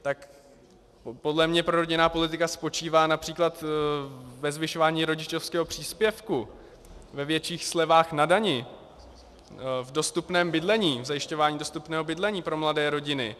Podle mě prorodinná politika spočívá například ve zvyšování rodičovského příspěvku, ve větších slevách na daních, v dostupném bydlení, v zajišťování dostupného bydlení pro mladé rodiny.